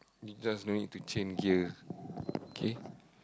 because no need to change gear okay